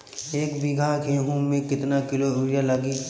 एक बीगहा गेहूं में केतना किलो युरिया लागी?